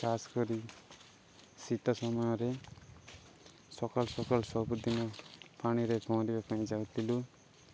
ଚାଷ୍ କରି ଶୀତ ସମୟରେ ସକାଳ ସକାଳ ସବୁଦିନ ପାଣିରେ ପହଁରିବା ପାଇଁ ଯାଉଥିଲୁ